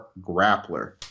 grappler